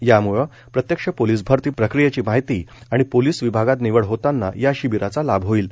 यामुळं प्रत्यक्ष पोलीस भरती प्रक्रियेची माहिती आणि पोलीस विभागात निवड होताना या शिबिराचा लाभ होईल